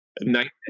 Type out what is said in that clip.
Night